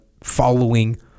following